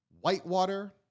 whitewater